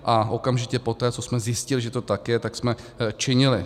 A okamžitě poté, co jsme zjistili, že to tak je, tak jsme činili.